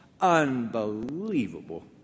Unbelievable